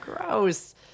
gross